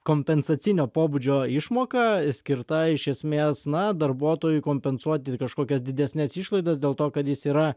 kompensacinio pobūdžio išmoka skirta iš esmės na darbuotojui kompensuoti kažkokias didesnes išlaidas dėl to kad jis yra